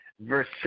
Verse